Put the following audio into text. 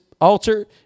altar